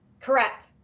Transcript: Correct